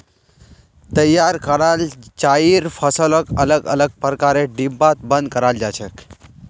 तैयार कराल चाइर फसलक अलग अलग प्रकारेर डिब्बात बंद कराल जा छेक